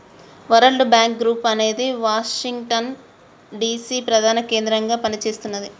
world bank group అనేది Washington DC ప్రధాన కేంద్రంగా పనిచేస్తున్నది